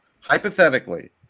Hypothetically